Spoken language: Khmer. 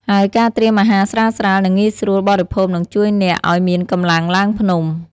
ហើយការត្រៀមអាហារស្រាលៗ និងងាយស្រួលបរិភោគនឹងជួយអ្នកឲ្យមានកម្លាំងឡើងភ្នំ។